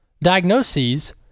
diagnoses